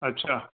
अच्छा